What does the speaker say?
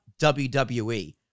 WWE